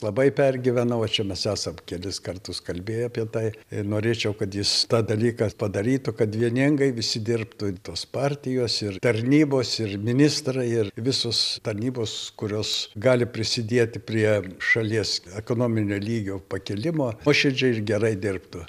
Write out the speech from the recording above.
labai pergyvena vo čia mes esam kelis kartus kalbėję apie tai ir norėčiau kad jis tą dalyką padarytų kad vieningai visi dirbtų i tos partijos ir tarnybos ir ministrai ir visos tarnybos kurios gali prisidėti prie šalies ekonominio lygio pakilimo nuoširdžiai ir gerai dirbtų